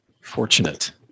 fortunate